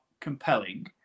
compelling